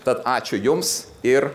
tad ačiū jums ir